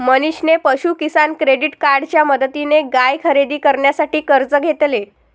मनीषने पशु किसान क्रेडिट कार्डच्या मदतीने गाय खरेदी करण्यासाठी कर्ज घेतले